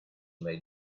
made